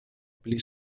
pli